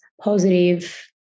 positive